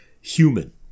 human